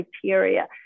criteria